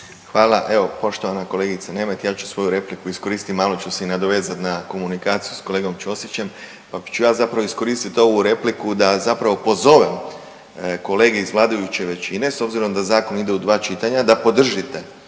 Hvala. Evo, poštovana kolegice Nemet, ja ću svoju repliku iskoristiti i malo ću se i nadovezati na komunikaciju s kolegom Ćosićem pa ću ja zapravo iskoristiti ovu repliku da zapravo pozovem kolege iz vladajuće većine, s obzirom da zakon ide u dva čitanja, da podržite